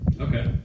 Okay